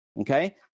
okay